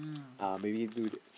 uh maybe do the